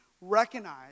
recognize